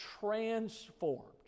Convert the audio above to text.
transformed